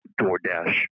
DoorDash